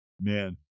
man